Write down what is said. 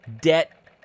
debt